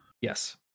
Yes